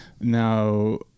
now